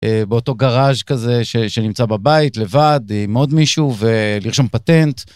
באותו גראז' כזה שנמצא בבית, לבד, עם עוד מישהו ולרשום פטנט.